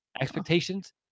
expectations